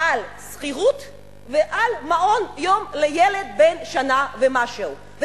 על שכירות ועל מעון-יום לילד בן שנה ומשהו,